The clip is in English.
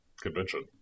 convention